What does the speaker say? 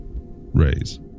rays